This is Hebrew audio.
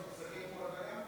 אנחנו ממשיכים להצעת חוק הגברת